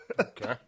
Okay